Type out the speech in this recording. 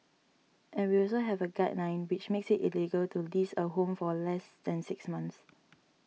and we also have a guideline which makes it illegal to lease a home for less than six months